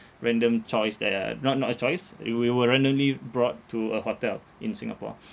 random choice that are not not a choice uh we were randomly brought to a hotel in singapore